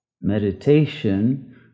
Meditation